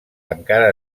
encara